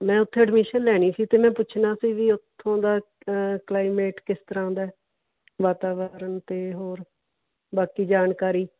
ਮੈਂ ਉੱਥੇ ਐਡਮਿਸ਼ਨ ਲੈਣੀ ਸੀ ਅਤੇ ਮੈਂ ਪੁੱਛਣਾ ਸੀ ਵੀ ਉੱਥੋਂ ਦਾ ਕਲਾਈਮੇਟ ਕਿਸ ਤਰ੍ਹਾਂ ਦਾ ਵਾਤਾਵਰਨ ਅਤੇ ਹੋਰ ਬਾਕੀ ਜਾਣਕਾਰੀ